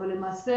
אבל למעשה,